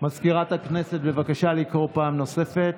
מזכירת הכנסת, בבקשה לקרוא פעם נוספת.